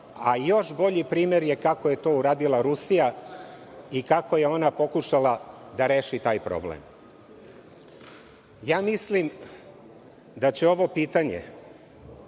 a još bolji primer kako je to uradila Rusija i kako je ona pokušala da reši taj problem. Mislim, da će ovo pitanje